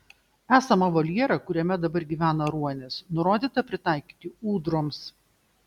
esamą voljerą kuriame dabar gyvena ruonis nurodyta pritaikyti ūdroms